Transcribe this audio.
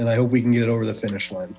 and i hope we can get it over the finish line